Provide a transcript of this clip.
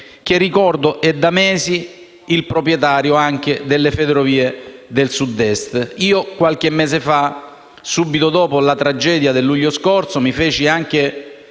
che il Governo è da mesi il proprietario delle Ferrovie del Sud-Est. Qualche mese fa, subito dopo la tragedia del luglio scorso, mi feci anche